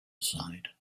aside